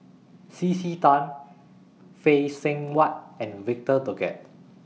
C C Tan Phay Seng Whatt and Victor Doggett